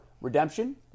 redemption